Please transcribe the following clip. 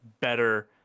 better